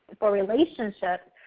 for relationships,